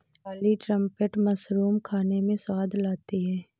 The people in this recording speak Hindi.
काली ट्रंपेट मशरूम खाने में स्वाद लाती है